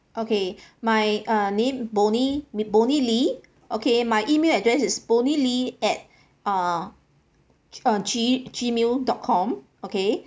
okay my uh name bonnie bonnie lee okay my email address is bonnie lee at uh G~ gmail dot com okay